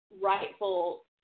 rightful